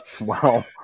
Wow